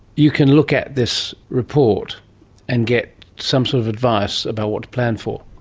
you could look at this report and get some sort of advice about what to plan for?